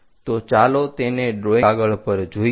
તો ચાલો તેને ડ્રોઈંગ કાગળ પર જોઈએ